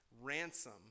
ransom